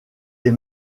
des